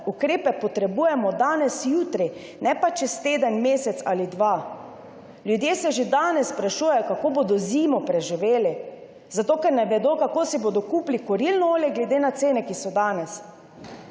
ukrepe potrebujemo danes, jutri, ne pa čez teden, mesec ali dva. Ljudje se že danes sprašujejo, kako bodo zimo preživeli, zato ker ne vedo, kako si bodo kupili kurilno olje, glede na cene, ki so danes.